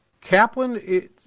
Kaplan